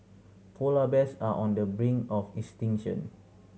polar bears are on the brink of extinction